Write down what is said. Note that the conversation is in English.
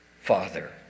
father